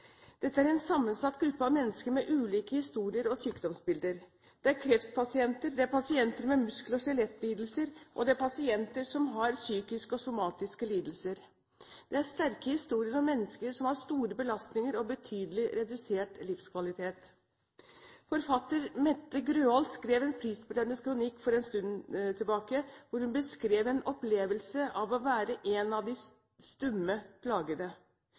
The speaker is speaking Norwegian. Dette er en sammensatt gruppe av mennesker med ulike historier og sykdomsbilder. Det er kreftpasienter, det er pasienter med muskel- og skjelettlidelser, og det er pasienter som har psykiske og somatiske lidelser. Det er sterke historier om mennesker som har store belastninger og betydelig redusert livskvalitet. Forfatter Mette Grøholdt skrev en prisbelønnet kronikk for en stund tilbake hvor hun beskrev en opplevelse av å være en av de stumme plagede